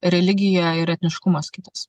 religija ir etniškumas kitas